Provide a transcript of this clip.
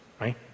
right